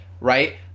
right